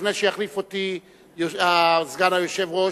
לפני שיחליף אותי סגן היושב-ראש,